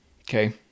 Okay